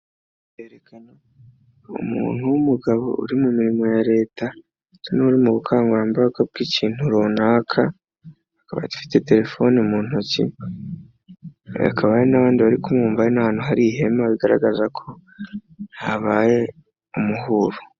Yerekana umuntu w'umugabo uri mu mirimo ya Leta, usa nk'uri mu bukangurambaga bw'ikintu runaka, akaba agifite telefone mu ntoki, hakaba hari n'abandi bari kumwumva, hari n'ahantu hari ihema bigaragaza ko habaye umuhuro.